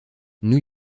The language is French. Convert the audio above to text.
new